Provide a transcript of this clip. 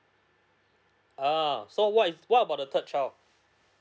um so what if what about the third child